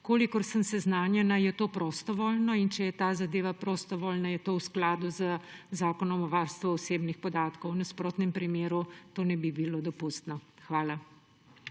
Kolikor sem seznanjena, je to prostovoljno. In če je ta zadeva prostovoljna, je to v skladu z Zakonom o varstvu osebnih podatkov; v nasprotnem primeru to ne bi bilo dopustno. Hvala.